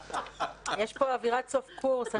יש פה אווירת סוף קורס.